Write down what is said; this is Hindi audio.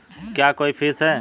क्या कोई फीस है?